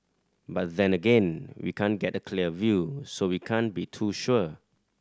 but then again we can't get a clear view so we can't be too sure